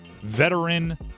veteran